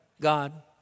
God